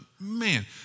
man